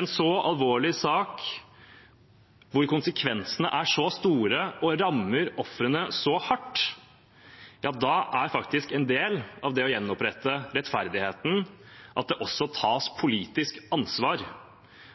en så alvorlig sak hvor konsekvensene er så store og rammer ofrene så hardt, er faktisk en del av det å gjenopprette rettferdigheten at det også tas politisk ansvar,